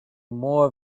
more